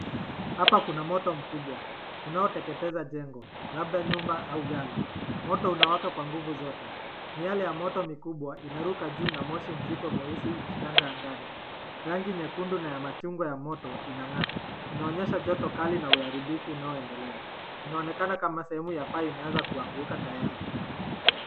Hapa kuna moto mkubwa unaoteketeza jengo, labda nyumba au ghala. Moto unawaka kwa nguvu zote, miale ya moto mkubwa inaruka juu na moshi mzito mweusi ukitanda angani. Rangi nyekundu na ya machungwa ya moto inang'aa. Inaonyesha joto kali na uharibifu unaoendelea. Inaonekana kama sehemu ambayo imeanza kuanguka tayari.